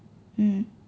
mm